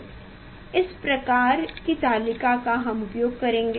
इस प्रकार की तालिका का हम उपयोग करेंगे